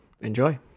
Enjoy